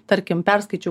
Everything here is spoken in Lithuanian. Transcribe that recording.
tarkim perskaičiau